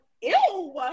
ew